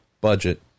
budget